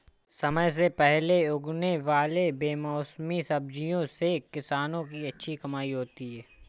समय से पहले उगने वाले बेमौसमी सब्जियों से किसानों की अच्छी कमाई होती है